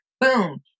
boom